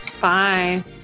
Bye